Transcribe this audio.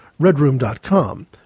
redroom.com